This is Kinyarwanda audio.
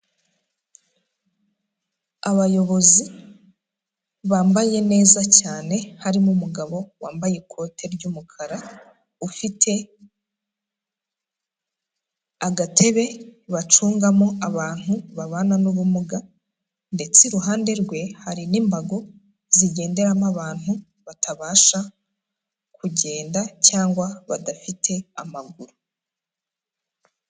Abayobozi bambaye neza cyane harimo umugabo wambaye ikote ry'umukara, ufite agatebe bacungamo abantu babana n'ubumuga ndetse iruhande rwe hari n'imbago zigenderamo abantu batabasha kugenda cyangwa badafite amaguru.